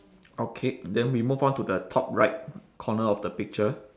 okay then we move on to the top right corner of the picture